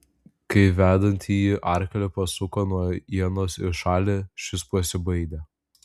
kai vedantįjį arklį pasuko nuo ienos į šalį šis pasibaidė